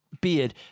beard